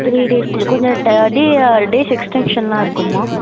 three டேஸுக்குள்ள கொஞ்சம் day days எக்ஸ்டென்ஷன்லாம் இருக்குமா